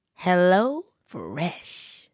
HelloFresh